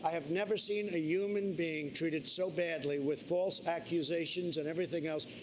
have never seen a human being treated so badly with false accusations and everything else.